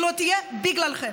היא לא תהיה בגללכם.